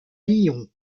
lyon